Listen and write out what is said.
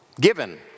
Given